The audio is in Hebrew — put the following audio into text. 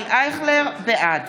בעד